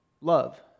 love